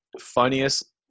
funniest